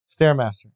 Stairmaster